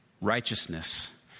righteousness